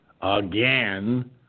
Again